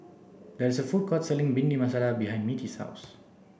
there is a food court selling Bhindi Masala behind Mittie's house